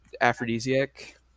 aphrodisiac